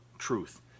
truth